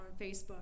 Facebook